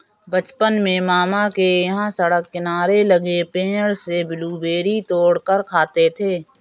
बचपन में मामा के यहां सड़क किनारे लगे पेड़ से ब्लूबेरी तोड़ कर खाते थे